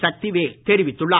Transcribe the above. சக்திவேல் தெரிவித்துள்ளார்